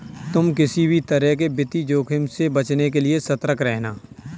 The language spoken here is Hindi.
तुम किसी भी तरह के वित्तीय जोखिम से बचने के लिए सतर्क रहना